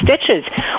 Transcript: stitches